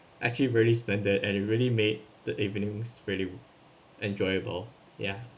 actually really standard and it really made the evening's really enjoyable ya